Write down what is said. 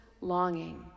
longing